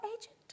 agent